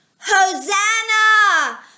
Hosanna